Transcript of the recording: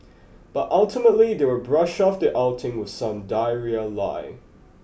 but ultimately they will brush off the outing with some diarrhea lie